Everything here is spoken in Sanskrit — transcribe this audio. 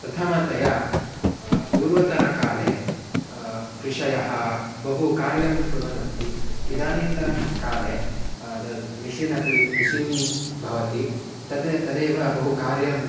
प्रथमतया पूर्वतनकाले कृषयः बहु कार्यं कुर्वनस्ति इदानीन्तनकाले तद् मिशिन् अपि मिशिन् भवति तद् तदेव बहु कार्यम्